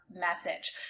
message